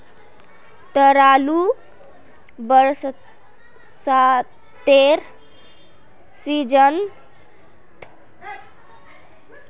रतालू बरसातेर सीजनत खेती कराल जाने वाला फसल छिके